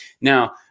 Now